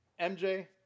MJ